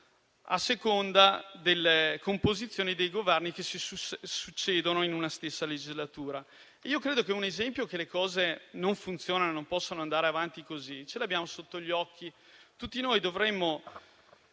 a seconda delle composizioni dei Governi che si succedono in una stessa legislatura. Credo che un esempio del fatto che le cose non funzionano e che non possono andare avanti in questo modo lo abbiamo sotto gli occhi. Tutti noi dovremmo